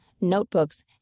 notebooks